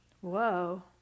Whoa